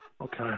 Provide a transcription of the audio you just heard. Okay